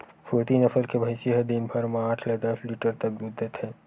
सुरती नसल के भइसी ह दिन भर म आठ ले दस लीटर तक दूद देथे